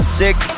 sick